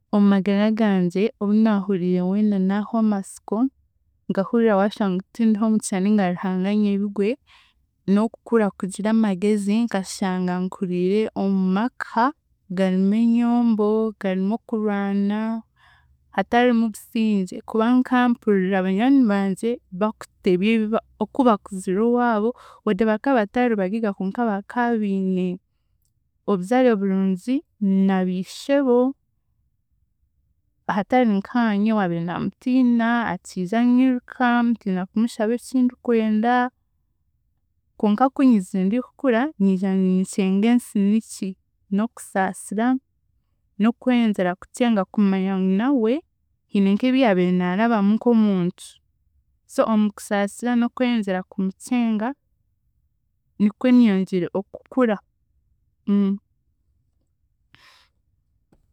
Omu magara gangye, obu naahuriire weena naahwa amasiko nkahurira waashusha ngu tindiho omugisha ninga ngu Ruhanga anyebigwe, n'okukura kugira amagezi nkashanga nkuriire omu maka garimu enyombo, garimu okurwana hatarimu busingye kuba nka mpurira banywani bangye bakutebya ebi ba oku bakuzire owaabo, wade baka batari bagiiga konka bakaabiine obuzaare burungi na biishebo hatari nkaanye owaabiire naamutiina, akiija nyiruka, ntiina kumushaba eki ndikwenda, konka kunyijire ndikukura niija nkinkyenga ensi niki n'okusaasira, n'okweyongyera kukyenga kumanya ngu nawe hiine nk'ebi yaabiire naarabamu nk'omuntu so omu kusaasira n'okweyongyera kumukyenga, nikwe nyongiire okukura.